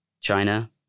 China